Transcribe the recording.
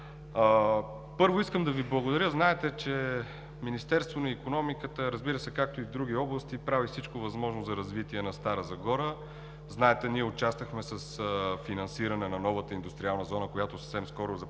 Първо искам да Ви благодаря. Знаете, че Министерството на икономиката, разбира се, както и в други области, прави всичко възможно за развитие на Стара Загора. Знаете, ние участвахме с финансиране на новата индустриална зона, по която съвсем скоро започнахме